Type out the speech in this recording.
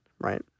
right